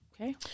okay